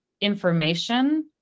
information